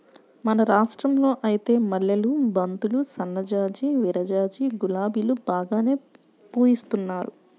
మన రాష్టంలో ఐతే మల్లెలు, బంతులు, సన్నజాజి, విరజాజి, గులాబీలు బాగానే పూయిత్తున్నారు